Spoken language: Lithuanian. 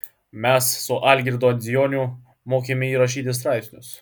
mes su algirdu audzijoniu mokėme jį rašyti straipsnius